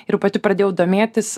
ir pati pradėjau domėtis